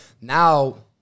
now